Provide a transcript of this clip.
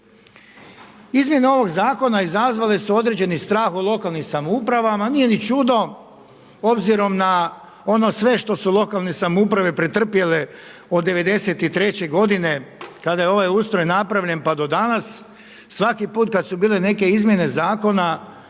Izmjene ovoga zakona izazvali su određeni strah od lokalnih samouprava, nije ni čudo obzirom na ono sve što su lokalne samouprave pretrpjele od '93. godine kada je ovaj ustroj napravljen pa do danas. Svaki put kada su bile neke izmjene zakona